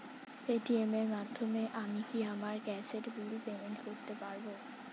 Paytm এর মাধ্যমে আমি কি আমার গ্যাসের বিল পেমেন্ট করতে পারব?